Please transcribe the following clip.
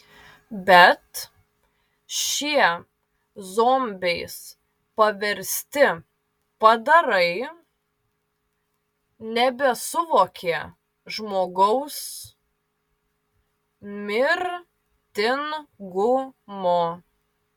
bet šie zombiais paversti padarai nebesuvokė žmogaus mirtingumo